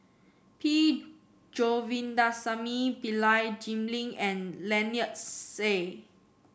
P Govindasamy Pillai Jim Lim and Lynnette Seah